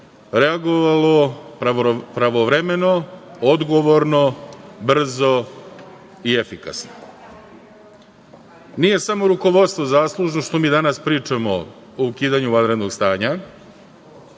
reagovalo pravovremeno, odgovorno, brzo i efikasno. Nije samo rukovodstvo zaslužno što mi danas pričamo o ukidanju vanrednog stanja,